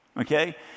Okay